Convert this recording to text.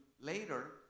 later